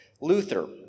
Luther